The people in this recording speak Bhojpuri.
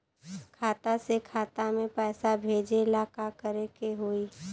खाता से खाता मे पैसा भेजे ला का करे के होई?